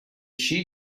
she